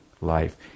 life